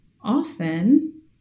often